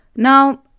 Now